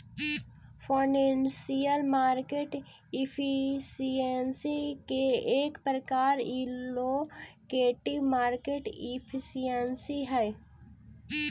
financial market efficiency के एक प्रकार एलोकेटिव मार्केट एफिशिएंसी हई